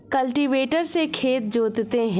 cultivator से खेत जोतते हैं